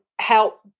help